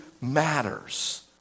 matters